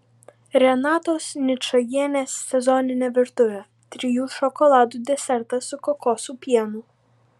renatos ničajienės sezoninė virtuvė trijų šokoladų desertas su kokosų pienu